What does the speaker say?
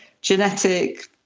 genetic